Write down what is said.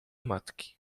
matki